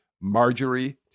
Marjorie